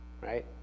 right